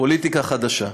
פוליטיקה חדשה.